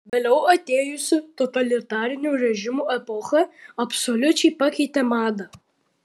vėliau atėjusi totalitarinių režimų epocha absoliučiai pakeitė madą